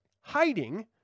hiding